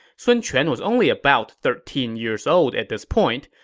sun quan was only about thirteen years old at this point,